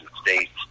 States